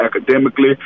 academically